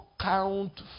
count